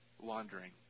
wandering